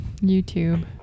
YouTube